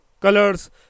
colors